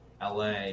la